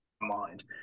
mind